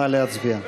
נא להצביע.